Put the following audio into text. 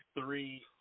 three